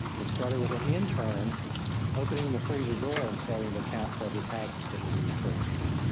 it started with an intern opening the freezer door and starting to account for every package that was in the freezers.